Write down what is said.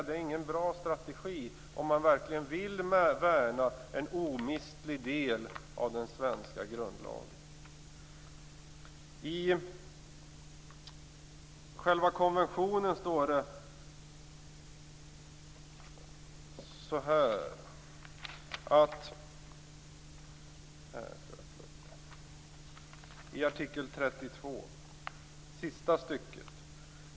Detta är ingen bra strategi om man verkligen vill värna en, som man säger, omistlig del av den svenska grundlagen.